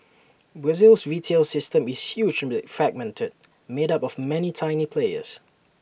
Brazil's retail system is hugely fragmented made up of many tiny players